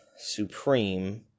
Supreme